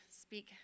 speak